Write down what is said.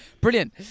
Brilliant